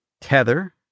Tether